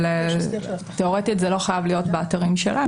אבל תיאורטית זה לא חייב להיות באתרים שלהם,